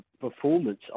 performance